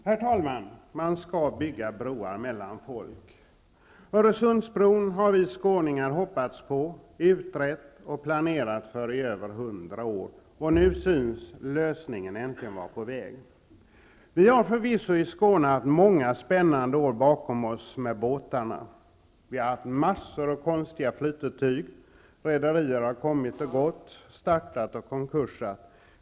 Herr talman! Man skall bygga broar mellan folk. Öresundsbron har vi skåningar hoppats på, utrett och planerat för i över 100 år, och nu synes lösningen äntligen vara på väg. Vi har förvisso i Skåne haft många spännande år bakom oss med båtarna. Vi har haft massor av konstiga flytetyg. Rederier har kommit och gått, startat och konkursat.